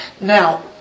Now